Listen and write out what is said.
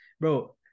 bro